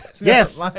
Yes